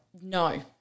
No